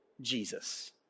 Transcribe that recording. jesus